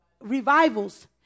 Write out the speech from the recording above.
Revivals